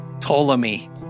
Ptolemy